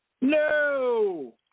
no